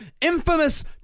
infamous